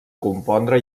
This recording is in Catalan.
compondre